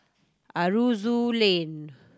Aroozoo Lane